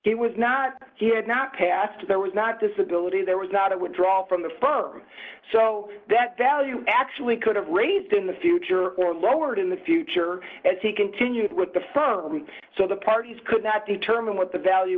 it was not he had not passed there was not disability there was not a withdraw from the firm so that value actually could have raised in the future or lowered in the future as he continued with the firm so the parties could not determine what the value